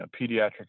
pediatric